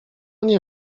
nie